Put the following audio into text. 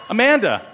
Amanda